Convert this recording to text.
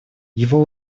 его